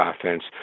offense